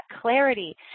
clarity